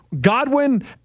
Godwin